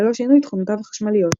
ללא שינוי תכונותיו החשמליות.